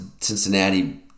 Cincinnati